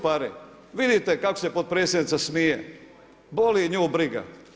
Vidite kako se potpredsjednica smije, boli nju briga.